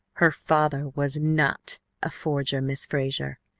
her father was not a forger, miss frazer,